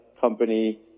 company